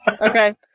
Okay